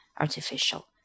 artificial